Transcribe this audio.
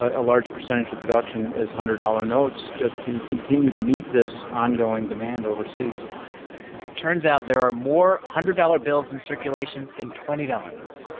a large percentage of production is hundred-dollar notes just to continue to meet this ongoing demand overseas turns out there are more hundred-dollar bills in circulation than twenty dollars bills,